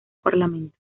parlamento